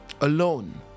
Alone